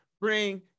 bring